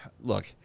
Look